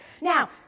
Now